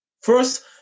first